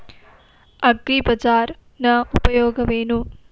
ಅಗ್ರಿಬಜಾರ್ ನ ಉಪಯೋಗವೇನು?